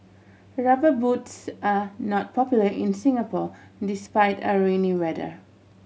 Rubber Boots are not popular in Singapore despite our rainy weather